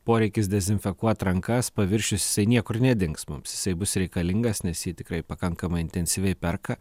poreikis dezinfekuot rankas paviršius jisai niekur nedings mums jisai bus reikalingas nes jį tikrai pakankamai intensyviai perka